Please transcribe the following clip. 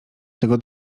tego